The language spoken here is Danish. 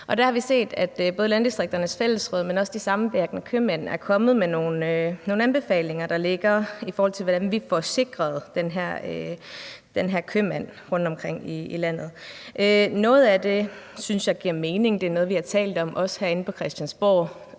Der har vi set, at både Landdistrikternes Fællesråd, men også De Samvirkende Købmænd er kommet med nogle anbefalinger, i forhold til hvordan vi får sikret den her købmand rundtomkring i landet. Noget af det synes jeg giver mening; det er noget, vi også har talt om herinde på Christiansborg.